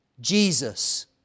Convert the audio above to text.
Jesus